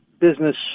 business